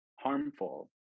harmful